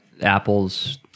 Apple's